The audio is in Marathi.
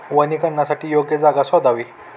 वनीकरणासाठी योग्य जागा शोधावी